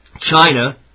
China